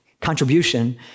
contribution